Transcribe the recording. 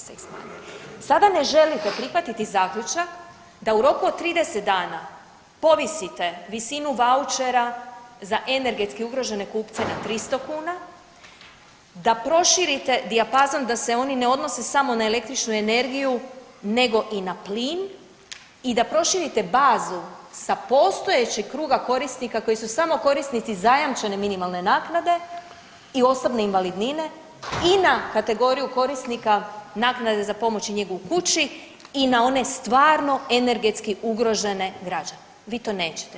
Sada ne želite prihvatiti zaključak da u roku od 30 dana povisite visinu vaučera za energetski ugrožene kupce na 300 kuna, da proširite dijapazon da se oni ne odnose samo na električnu energiju nego i na plin i da proširite bazu sa postojećeg kruga korisnika koji su samo korisnici zajamčene minimalne naknade i osobne invalidnine i na kategoriju korisnika naknade za pomoć i njegu u kući i na one stvarno energetski ugrožene građane, vi to nećete.